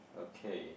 okay